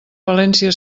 valència